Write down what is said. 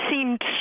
seemed